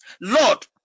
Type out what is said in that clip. Lord